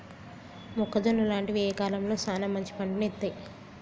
మొక్కజొన్న లాంటివి ఏ కాలంలో సానా మంచి పంటను ఇత్తయ్?